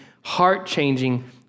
heart-changing